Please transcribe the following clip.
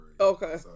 Okay